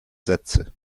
sätze